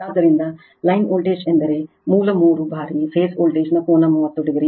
ಆದ್ದರಿಂದ line voltage ಎಂದರೆ ಮೂಲ 3 ಬಾರಿ ಫೇಸ್ ವೋಲ್ಟೇಜ್ ಕೋನ 30o